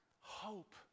hope